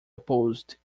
opposed